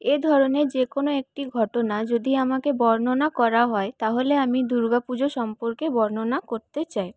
এ ধরনের যে কোনও একটি ঘটনা যদি আমাকে বর্ণনা করা হয় তাহলে আমি দুর্গাপুজো সম্পর্কে বর্ণনা করতে চাই